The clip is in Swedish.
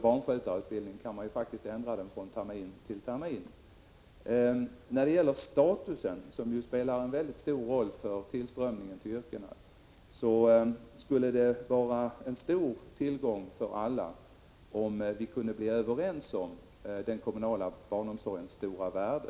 Barnskötarutbildningen kan man faktiskt ändra från termin till termin. När det gäller statusen, som ju spelar mycket stor roll för tillströmningen till dessa yrken, skulle det vara en stor tillgång för alla om vi kunde bli överens om den kommunala barnomsorgens stora värde.